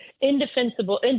indefensible